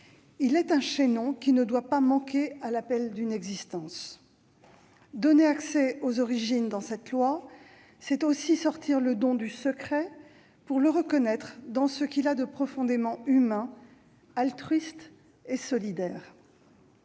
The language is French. il est un chaînon qui ne doit pas manquer à l'appel d'une existence. Donner accès aux origines par ce projet de loi, c'est aussi sortir le don du secret pour le reconnaître dans ce qu'il a de profondément humain, altruiste et solidaire.